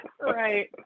Right